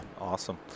Awesome